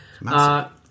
Massive